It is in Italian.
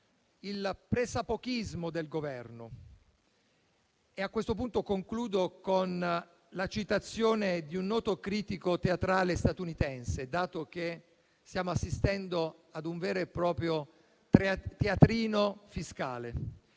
il pressappochismo del Governo e a questo punto termino il mio intervento con la citazione di un noto critico teatrale statunitense, dato che stiamo assistendo a un vero e proprio teatrino fiscale.